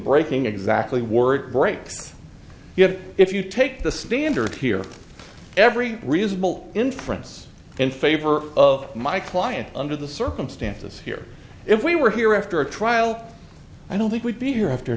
breaking exactly word breaks you have if you take the standard here every reasonable inference in favor of my client under the circumstances here if we were here after a trial i don't think we'd be here after